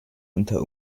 unter